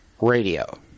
Radio